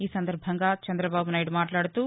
ఈ సందర్బంగా చంద్రబాబు నాయుడు మాట్లాడుతూ